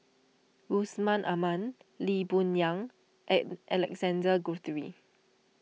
Yusman Aman Lee Boon Yang and Alexander Guthrie